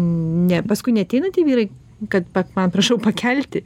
ne paskui neateina tie vyrai kad pak man prašau pakelti